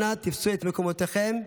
אנא תפסו את מקומותיכם.